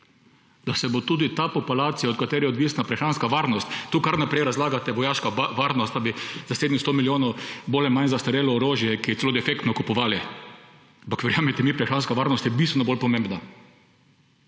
da se bo tudi ta populacija, od katere je odvisna prehranska varnost... Tu kar naprej razlagate o vojaški varnosti, da bi za 700 milijonov bolj ali manj zastarelo orožje, ki je celo defektno, kupovali. Ampak verjemite mi, prehranska varnost je bistveno bolj pomembna.